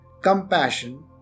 compassion